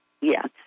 Yes